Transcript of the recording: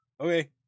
okay